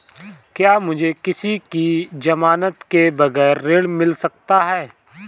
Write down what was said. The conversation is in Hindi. क्या मुझे किसी की ज़मानत के बगैर ऋण मिल सकता है?